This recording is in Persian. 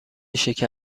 شکر